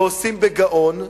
ועושים בגאון.